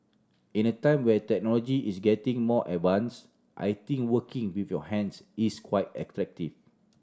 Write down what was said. in a time where technology is getting more advanced I think working with your hands is quite attractive